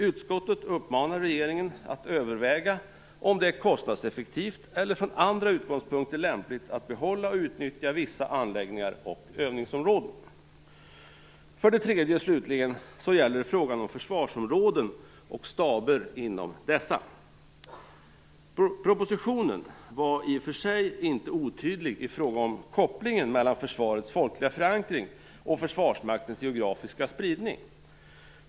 Utskottet uppmanar regeringen att överväga om det är kostnadseffektivt eller från andra utgångspunkter lämpligt att behålla och utnyttja vissa anläggningar och övningsområden. För det tredje och slutligen gäller det frågan om försvarsområden och staber inom dessa. Propositionen är i och för sig inte otydlig i fråga om kopplingen mellan försvarets folkliga förankring och Försvarsmaktens geografiska spridning.